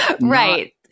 Right